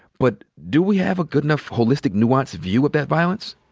but do we have a good enough holistic nuance view of that violence?